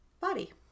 body